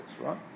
right